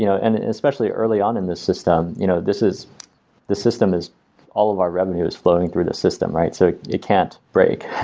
you know and especially early on in this system, you know this is the system is all of our revenues floating through the system, right? so it can't break.